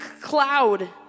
cloud